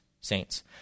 Saints